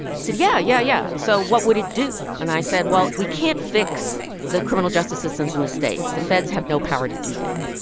he said, yeah, yeah, yeah. so what would it do? and i said, well, we can't fix the criminal justice systems in the states. the feds have no power to do that.